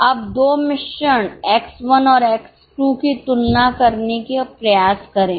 अब 2 मिश्रण X 1 और X 2 की तुलना करने का प्रयास करें